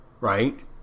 right